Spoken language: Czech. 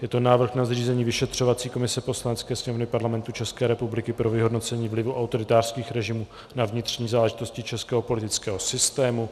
Je to návrh na zřízení vyšetřovací komise Poslanecké sněmovny Parlamentu České republiky pro vyhodnocení vlivu autoritářských režimů na vnitřní záležitosti českého politického systému.